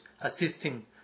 assisting